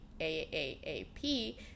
AAAP